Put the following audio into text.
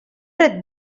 red